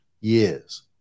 years